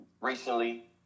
recently